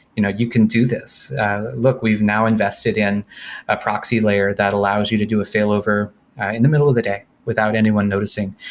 you know you can do this look. look. we've now invested in a proxy layer that allows you to do a failover in the middle of the day without anyone noticing.